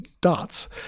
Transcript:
dots